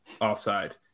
offside